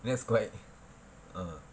that's quite err